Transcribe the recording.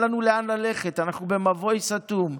אין לנו לאן ללכת, אנחנו במבוי סתום.